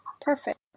Perfect